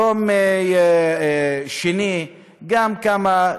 יום שני גם כמה,